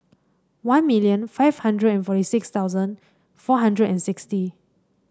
one million five hundred forty six thousand four hundred and sixty